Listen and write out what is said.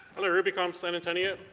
hello rubyconf, san antonio.